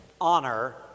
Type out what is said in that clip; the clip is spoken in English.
honor